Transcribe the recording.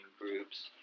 groups